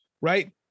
right